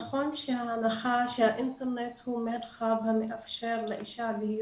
נכון שההנחה שהאינטרנט הוא מרחב שמאפשר לאישה להיות